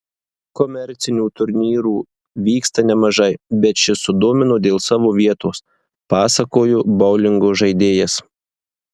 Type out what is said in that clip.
komercinių turnyrų vyksta nemažai bet šis sudomino dėl savo vietos pasakojo boulingo žaidėjas